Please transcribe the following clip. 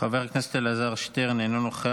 חבר הכנסת אלעזר שטרן, אינו נוכח,